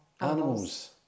animals